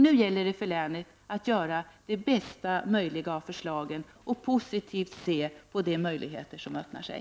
Nu gäller det för länet att göra det bästa möjliga av förslagen och att se positivt på de möjligheter som öppnar sig.